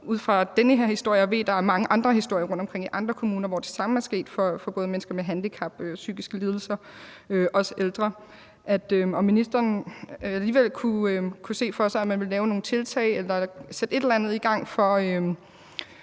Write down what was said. ud fra den her historie – jeg ved, der er mange andre historier rundtomkring i andre kommuner, hvor det samme er sket for både mennesker med handicap og psykiske lidelser, også ældre – alligevel kunne se for sig, at man laver nogle tiltag eller sætter et eller andet i gang for